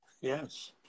Yes